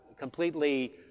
completely